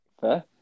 Fair